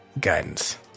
guidance